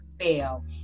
fail